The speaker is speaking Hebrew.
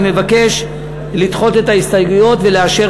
אני מבקש לדחות את ההסתייגויות ולאשר